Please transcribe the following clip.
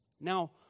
Now